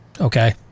okay